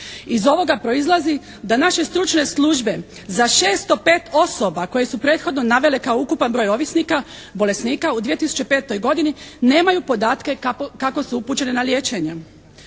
Iz ovoga proizlazi da naše stručne službe za 605 osoba koje su prethodno navele kao ukupan broj ovisnika, bolesnika u 2005. godini nemaju podatke kako su upućene na liječenje.